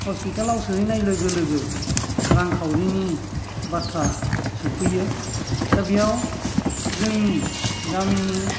हस्पिटालाव सहैनाय लोगो लोगो रांखावरिनि बाथ्रा सफैयो दा बेयाव जोंनि गामिनि